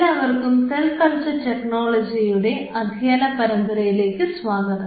എല്ലാവർക്കും cell culture ടെക്നോളജിയുടെ അധ്യയന പരമ്പരയിലേക്ക് സ്വാഗതം